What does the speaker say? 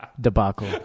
debacle